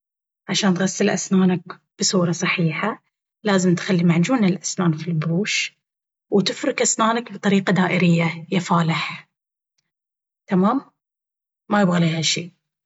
عشان تغسل أسنانك بصورة صحيحة، لازم تخلي معجون الأسنان في البروش، وتفرك أسنانك بطريقة دائرية يا فالح، تمام؟ ما يبغى ليها شي.